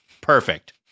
perfect